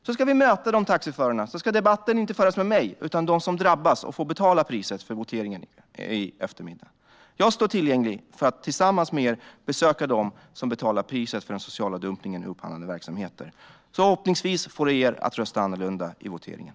Då ska vi möta de taxiförarna, och debatten ska föras inte med mig utan med dem som drabbas och får betala priset för voteringen i eftermiddag. Jag står tillgänglig för att tillsammans med er besöka dem som betalar priset för den sociala dumpningen i upphandlade verksamheter. Förhoppningsvis får det er att rösta annorlunda i voteringen.